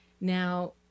Now